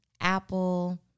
Apple